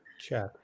check